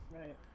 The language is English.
Right